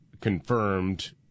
confirmed